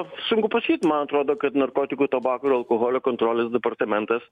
sunku pasakyt man atrodo kad narkotikų tabako ir alkoholio kontrolės departamentas